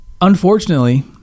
unfortunately